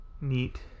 Neat